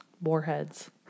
Warheads